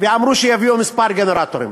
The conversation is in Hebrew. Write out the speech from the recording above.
ואמרו שיביאו כמה גנרטורים.